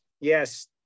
yes